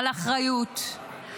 על אחריות.